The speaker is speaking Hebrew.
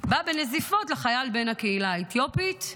בא בנזיפות לחייל בן הקהילה האתיופית,